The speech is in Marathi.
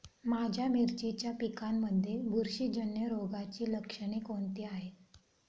माझ्या मिरचीच्या पिकांमध्ये बुरशीजन्य रोगाची लक्षणे कोणती आहेत?